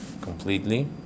completely